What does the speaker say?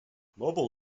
mobile